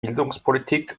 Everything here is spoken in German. bildungspolitik